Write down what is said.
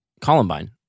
Columbine